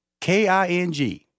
KING